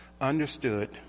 understood